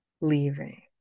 leaving